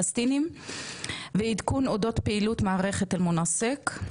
פלסטינים ועדכון אודות פעילות מערכת אל מונסק.